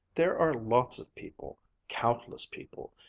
there are lots of people, countless people,